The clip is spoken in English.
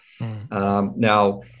Now